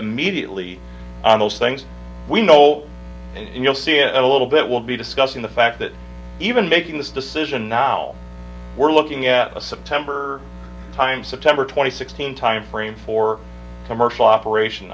immediately on those things we know you'll see it a little bit we'll be discussing the fact that even making this decision now we're looking at a september time september twenty sixth time frame for commercial operation